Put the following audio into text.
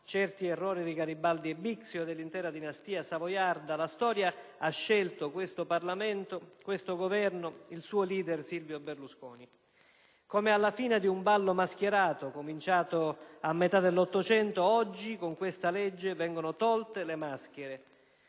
certi errori di Garibaldi e Bixio e dell'intera dinastia savoiarda, la storia ha scelto questo Parlamento, questo Governo e il suo *leader* Silvio Berlusconi. Come alla fine di un ballo mascherato, cominciato a metà dell'Ottocento, oggi con questa legge vengono tolte le maschere: